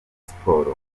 siporo